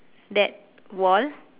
that wall